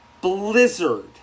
blizzard